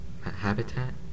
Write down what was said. Habitat